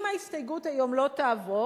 אם ההסתייגות לא תעבור